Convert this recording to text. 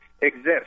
exist